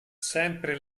sempre